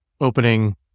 opening